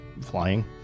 Flying